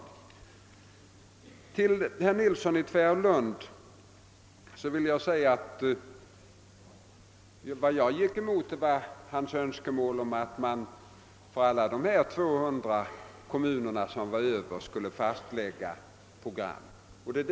Sedan vill jag säga till herr Nilsson i Tvärålund, att vad jag gick emot var herr Nilssons önskemål att vi skulle fastlägga bostadsbyggnadsprogrammen för alla de återstående 200 kommunerna.